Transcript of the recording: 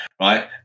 Right